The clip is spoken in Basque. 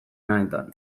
lanetan